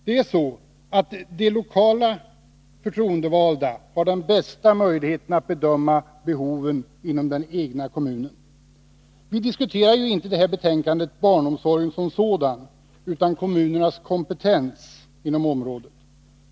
Det är så att de lokalt förtroendevalda har den bästa möjligheten att bedöma behoven inom den egna kommunen. Vi diskuterar inte i detta betänkande barnomsorgen som sådan utan kommunernas kompetens inom området.